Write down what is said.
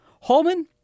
Holman